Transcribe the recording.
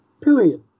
period